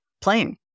playing